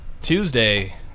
Tuesday